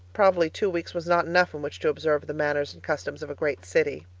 probably two weeks was not enough in which to observe the manners and customs of a great city.